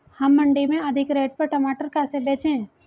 हम मंडी में अधिक रेट पर टमाटर कैसे बेचें?